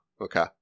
okay